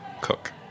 cook